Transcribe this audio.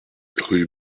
rue